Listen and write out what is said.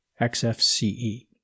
xfce